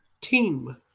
team